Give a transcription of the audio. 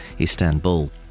Istanbul